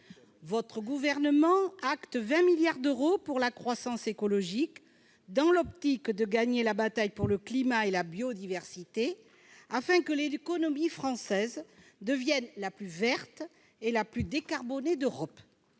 la ministre, acte 20 milliards d'euros pour la croissance écologique, dans l'optique de gagner la bataille pour le climat et la biodiversité, afin que l'économie française devienne la plus verte et la plus décarbonée d'Europe.